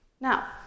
Now